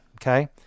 okay